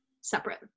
separate